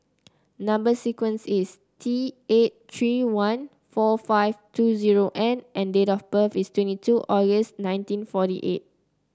number sequence is T eight three one four five two zero N and date of birth is twenty two August nineteen forty eight